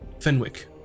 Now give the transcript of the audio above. Fenwick